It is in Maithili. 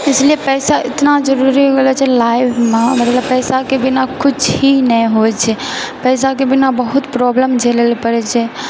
इसलिये पैसा एतना जरुरी हो जाय छै लाइफमे मतलब पैसाके बिना कुछ ही नहि होय छै पैसाके बिना बहुत प्रोब्लम झेलए लऽ पड़ै छै